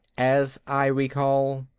as i recall,